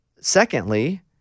Secondly